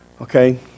Okay